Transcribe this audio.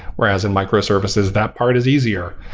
whereas in micro services, that part is easier.